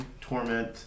torment